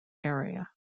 area